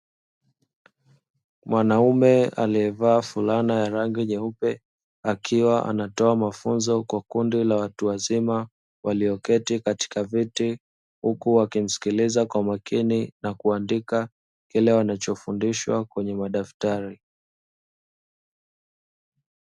Mwanaume aliyevaa fulana ya rangi nyeupe akiwa anatoa mafunzo kwa kundi la watu wazima walioketi katika viti huku wakimsikiliza kwa makini na kuandika kile wanachofundishwa kwenye madaftari.